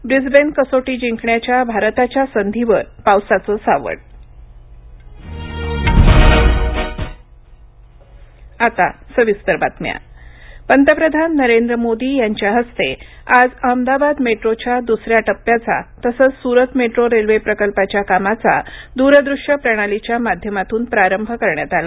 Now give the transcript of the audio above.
Brisbane कसोटी जिंकण्याच्या भारताच्या संधीवरपावसाचं सावट गुजरात मेट्रो पंतप्रधान नरेंद्र मोदी यांच्या हस्तेआज अहमदाबाद मेट्रोच्या दुसऱ्या टप्प्याचा तसंच सुरत मेट्रो रेल्वे प्रकल्पाच्याकामाचा दूरदृश्य प्रणालीच्या माध्यमातून प्रारंभ करण्यात आला